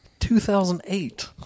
2008